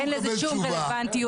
אין לזה שום רלוונטיות.